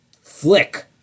flick